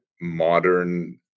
modern